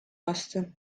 vastu